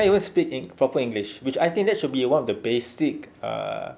he can't even in proper english which I think that should be one of the basic uh